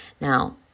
Now